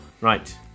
right